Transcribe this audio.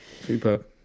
Super